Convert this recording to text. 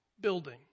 building